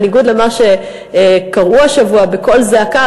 בניגוד למה שקראו השבוע בקול זעקה,